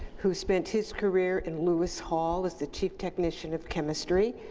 who spent his career in lewis hall was the chief technician of chemistry,